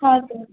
हां सर